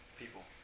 people